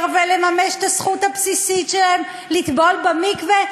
ולממש את הזכות הבסיסית שלהן לטבול במקווה,